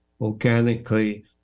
organically